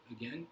again